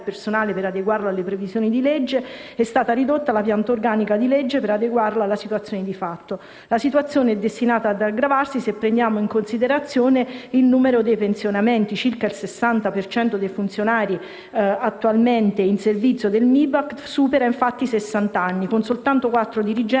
personale per adeguarlo alle previsioni di legge, è stata ridotta la pianta organica di legge per adeguarla alla situazione di fatto. La situazione è destinata ad aggravarsi, se prendiamo in considerazione il numero dei pensionamenti: circa il 60 per cento dei funzionari attualmente in servizio al Ministero dei beni e delle attività